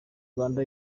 rwanda